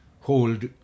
hold